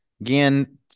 again